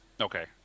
Okay